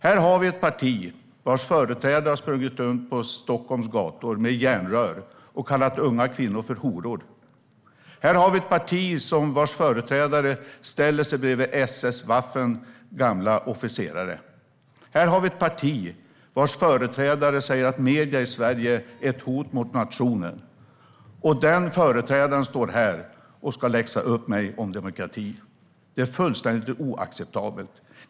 Här har vi ett parti vars företrädare har sprungit runt på Stockholms gator med järnrör och kallat unga kvinnor för horor. Här har vi ett parti vars företrädare ställer sig bredvid gamla Waffen-SS-officerare. Här har vi ett parti vars företrädare säger att medierna i Sverige är ett hot mot nationen. Den företrädaren står här och ska läxa upp mig om demokrati. Det är fullständigt oacceptabelt!